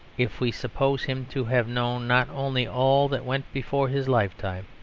if we suppose him to have known not only all that went before his lifetime,